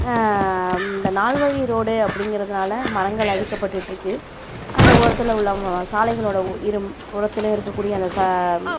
இந்த நால் வழி ரோடு அப்படிங்கறதுனால மரங்கள் அழிக்கப்பட்டுட்ருக்கு அந்த ஓரத்தில் உள்ள சாலைகளோட இரு புறத்திலும் இருக்க கூடிய அந்த